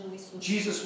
Jesus